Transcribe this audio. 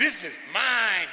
this is my